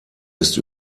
ist